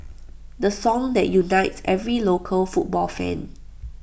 the song that unites every local football fan